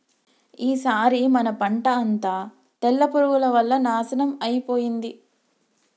ఈసారి మన పంట అంతా తెల్ల పురుగుల వల్ల నాశనం అయిపోయింది